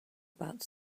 about